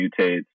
mutates